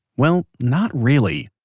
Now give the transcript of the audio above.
well, not really.